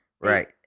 Right